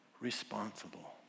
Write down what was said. responsible